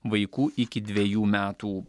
vaikų iki dvejų metų